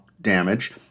damage